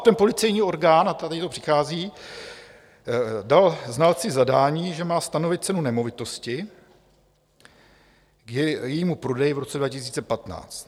Ten policejní orgán, a tady to přichází, dal znalci zadání, že má stanovit cenu nemovitosti k jejímu prodeji v roce 2015.